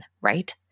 Right